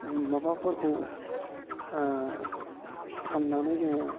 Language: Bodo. माबाफोरखौ फाननानै जोङो